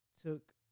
took